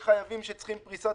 למה צריך הצעה